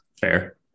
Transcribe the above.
Fair